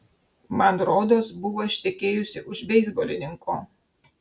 man rodos buvo ištekėjusi už beisbolininko